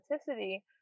authenticity